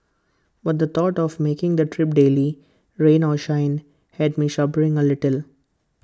but the thought of making the trip daily rain or shine had me shuddering A little